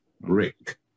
Rick